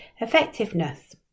effectiveness